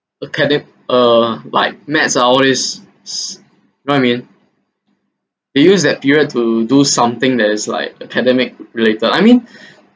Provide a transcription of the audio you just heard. academ~ uh like maths ah all this you know what I mean they used that period to do something that is like academic related I mean